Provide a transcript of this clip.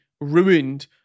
ruined